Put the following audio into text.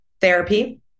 therapy